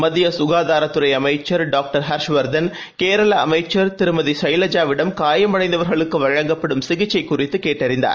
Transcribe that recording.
மத்திய சுகாதார துறை அமைச்சர் டாக்டர் ஹர்ஷ் வர்தன் கேரளா அமைச்சர் திருமதி எஷலஜாவுடன் காயமடைந்தவர்களுக்கு வழங்கப்படும் சிகிச்சை குறித்து கேட்டறிந்தார்